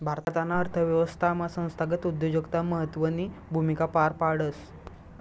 भारताना अर्थव्यवस्थामा संस्थागत उद्योजकता महत्वनी भूमिका पार पाडस